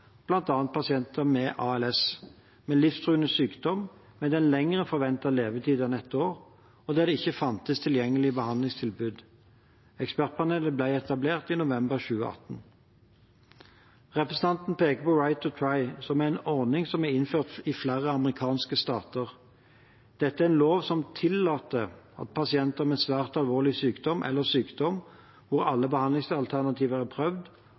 med ALS, med livstruende sykdom med en lengre forventet levetid enn ett år, og der det ikke fantes tilgjengelig behandlingstilbud. Ekspertpanelet ble etablert i november 2018. Representanten peker på «right to try», som er en ordning som er innført i flere amerikanske stater. Dette er en lov som tillater at pasienter med svært alvorlig sykdom eller sykdom hvor alle behandlingsalternativer er prøvd,